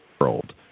world